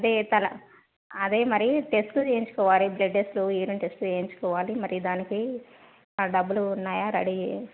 అంటే తల అదే మరీ టెస్ట్లు చేయంచుకోవాలి బ్లడ్ టెస్ట్ యూరిన్ టెస్ట్ చేయంచుకోవాలి మరి దానికి డబ్బులు ఉన్నాయా రెడీగా